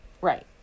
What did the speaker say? right